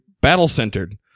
battle-centered